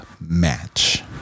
match